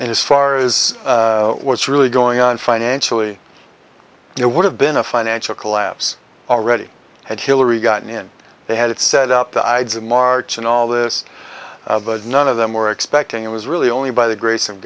and as far as what's really going on financially it would have been a financial collapse already had hillary gotten in they had it set up the ides of march and all this but none of them were expecting it was really only by the grace of